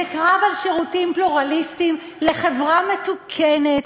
זה קרב על שירותים פלורליסטיים לחברה מתוקנת.